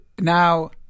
now